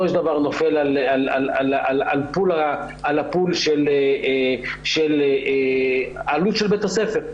של דבר נופל על הפול של העלות של בית הספר,